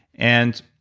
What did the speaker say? and